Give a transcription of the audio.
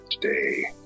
today